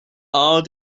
all